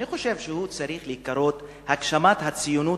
אני חושב שהוא צריך להיקרא הגשמת הציונות